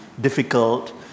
difficult